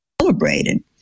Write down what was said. celebrated